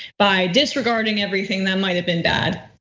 by disregarding everything that might have been bad.